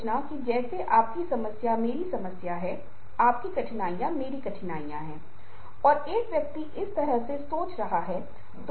अगर आपको Tintin की छवि याद है जिसका हमने पहले विश्लेषण किया था तो वहां भी हमें कुछ ऐसा ही देखने को मिला कि नेता पीछे की ओर झुक रहा है और अनुयायी आगे की ओर झुक रहा है